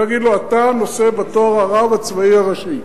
להגיד לו: אתה נושא בתואר הרב הצבאי הראשי.